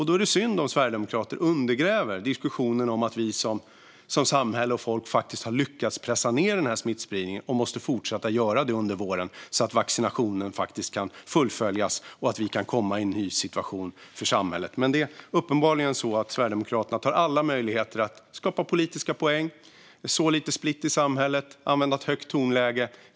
Då är det synd om sverigedemokrater undergräver diskussionen om att vi som samhälle och folk faktiskt har lyckats pressa ned smittspridningen och måste fortsätta göra det under våren så att vaccineringen kan fullföljas och vi kan komma i en ny situation för samhället. Uppenbarligen tar Sverigedemokraterna alla möjligheter att ta politiska poäng, så split i samhället och använda ett högt tonläge.